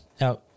Now